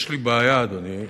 אדוני,